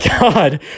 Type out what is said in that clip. God